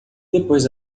depois